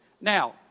Now